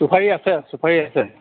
চুপাৰি আছে চুপাৰি আছে